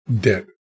dead